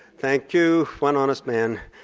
thank you, one honest man.